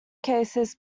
cases